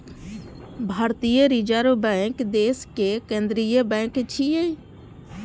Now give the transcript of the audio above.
भारतीय reserve bank देशक केंद्रीय बैंक छियै